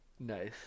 nice